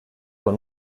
con